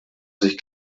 sich